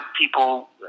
people